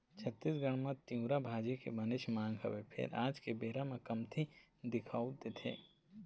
छत्तीसगढ़ म तिंवरा भाजी के बनेच मांग हवय फेर आज के बेरा म कमती दिखउल देथे